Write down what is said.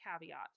caveat